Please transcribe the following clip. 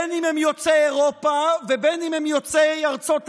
בין שהם יוצאי אירופה ובין שהם יוצאי ארצות ערב,